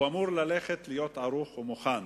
הוא אמור להיות ערוך ומוכן.